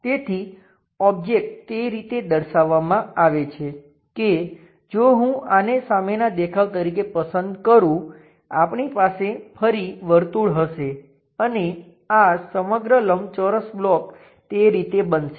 તેથી ઓબ્જેક્ટ તે રીતે દર્શાવવામાં આવે છે કે જો હું આને સામેના દેખાવ તરીકે પસંદ કરૂ આપણી પાસે ફરી વર્તુળ હશે અને આ સમગ્ર લંબચોરસ બ્લોક તે રીતે બનશે